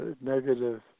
negative